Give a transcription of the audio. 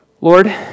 Lord